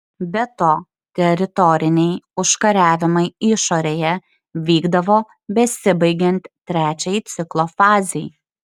be to teritoriniai užkariavimai išorėje vykdavo besibaigiant trečiajai ciklo fazei